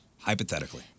Hypothetically